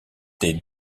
des